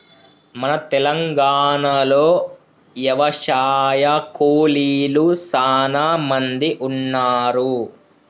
మన తెలంగాణలో యవశాయ కూలీలు సానా మంది ఉన్నారు